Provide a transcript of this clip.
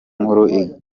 nkuru